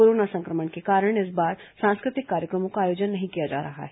corona संक्रमण के कारण इस बार सांस्कृतिक कार्यक्रमों का आयोजन नहीं किया जा रहा है